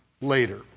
later